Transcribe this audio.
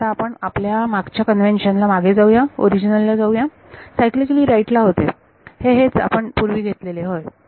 तर आता आपण आपल्या मागच्या कन्वेंशन ला मागे जाऊ ओरिजनल ला जाऊ सायकलिकली राईट ला होते हे हे हेच आपण पूर्वी घेतलेले होय